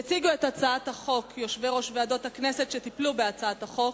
יציגו את הצעת החוק יושבי-ראש ועדות הכנסת שטיפלו בהצעת החוק.